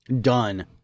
done